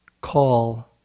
call